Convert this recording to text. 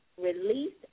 release